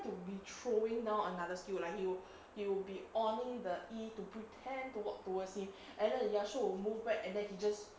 to be throwing down another skill like he'll he'll be oning the E to pretend to walk towards him and then the yasuo will move back and then he just